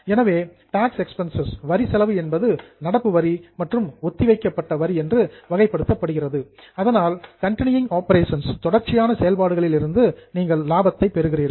எனவே tax expense வரி செலவு என்பது நடப்பு வரி மற்றும் ஒத்திவைக்கப்பட்ட வரி என்று வகைப்படுத்தப்படுகிறது அதனால் கண்டினியூங் ஆபரேஷன்ஸ் தொடர்ச்சியான செயல்பாடுகளிலிருந்து நீங்கள் லாபத்தை பெறுகிறீர்கள்